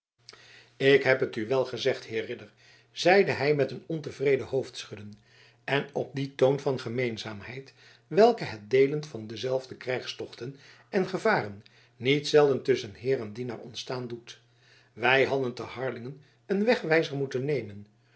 ik heb het u wel gezegd heer ridder zeide hij met een ontevreden hoofdschudden en op dien toon van gemeenzaamheid welken het deelen van dezelfde krijgstochten en gevaren niet zelden tusschen heer en dienaar ontstaan doet wij hadden te harlingen een wegwijzer moeten nemen